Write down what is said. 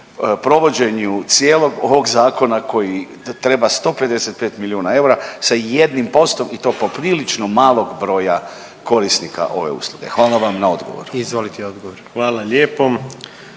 provođenju cijelog ovog Zakona koji treba 155 milijuna eura sa 1 postom i to poprilično malog broja korisnika ove usluge. Hvala vam na odgovoru. **Jandroković,